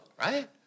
right